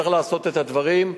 צריך לעשות את הדברים.